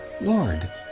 Lord